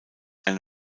eine